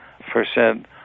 percent